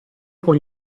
con